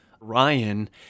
Ryan